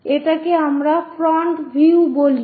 এটাকে আমরা front view বলি